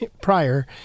prior